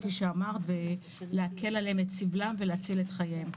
ולהציל את חייהם.